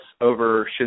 over